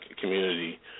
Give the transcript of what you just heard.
community